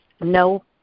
no